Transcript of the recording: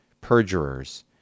perjurers